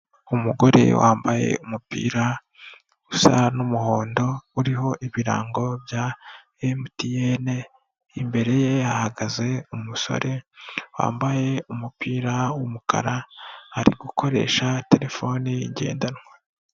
Umugore wambaye umupira usa n'umuhondo uriho ibirango bya MTN, imbere ye hahagaze umusore wambaye umupira w'umukara, ari gukoresha terefone ngendanwa.